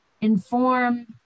inform